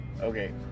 Okay